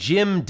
Jim